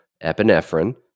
epinephrine